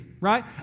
right